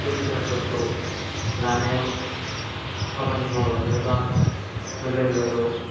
सुबिदाफोरखौ लानायाव खामानि मावलाङोब्ला मोजां जागौ